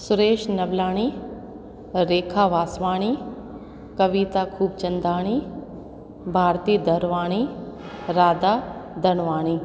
Suresh Navlani Rekha Vaswani Kavita Khubchandani Bharti Darvani Radha Dhanwani